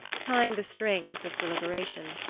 tying the strings with deliberation.